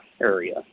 area